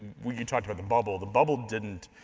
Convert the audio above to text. when you talked about the bubble, the bubble didn't,